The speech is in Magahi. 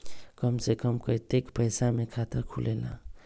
कम से कम कतेइक पैसा में खाता खुलेला?